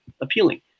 appealing